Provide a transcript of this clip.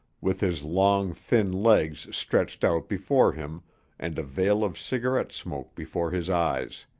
with his long, thin legs stretched out before him and a veil of cigarette smoke before his eyes.